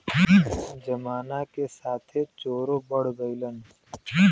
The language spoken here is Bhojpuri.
जमाना के साथे चोरो बढ़ गइलन